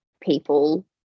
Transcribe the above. people